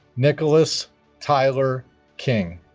nicholas tyler king